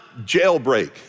jailbreak